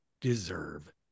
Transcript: deserve